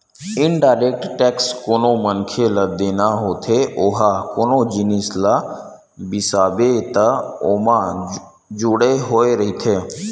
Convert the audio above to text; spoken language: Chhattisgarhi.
इनडायरेक्ट टेक्स कोनो मनखे ल देना होथे ओहा कोनो जिनिस ल बिसाबे त ओमा जुड़े होय रहिथे